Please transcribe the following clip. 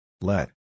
Let